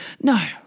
No